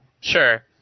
Sure